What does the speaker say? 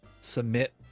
submit